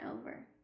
over